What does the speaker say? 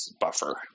buffer